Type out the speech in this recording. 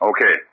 Okay